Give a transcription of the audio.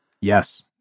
Yes